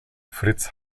fritz